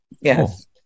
Yes